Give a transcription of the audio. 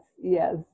yes